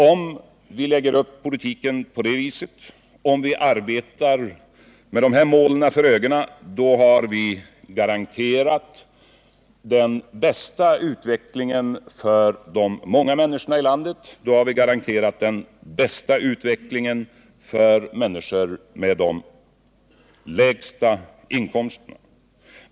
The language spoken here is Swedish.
Om vi lägger upp politiken på det viset och arbetar med dessa mål för ögonen har vi garanterat den bästa utvecklingen för de många människorna i landet; då har vi garanterat den bästa utvecklingen för människor med de lägsta inkomsterna.